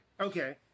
Okay